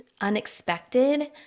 unexpected